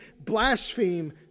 blaspheme